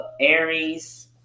aries